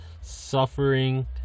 suffering